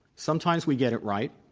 sometimes we get it right.